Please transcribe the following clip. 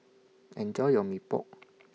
Enjoy your Mee Pok